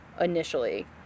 initially